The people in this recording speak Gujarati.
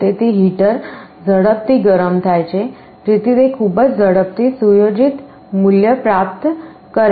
તેથી હીટર ઝડપથી ગરમ થાય છે જેથી તે ખૂબ જ ઝડપથી સુયોજિત મૂલ્ય પ્રાપ્ત કરે